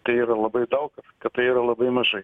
tai yra labai daug kad tai yra labai mažai